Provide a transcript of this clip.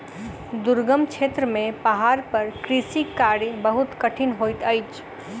दुर्गम क्षेत्र में पहाड़ पर कृषि कार्य बहुत कठिन होइत अछि